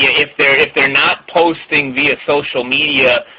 if they're if they're not posting via social media